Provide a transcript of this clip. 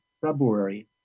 February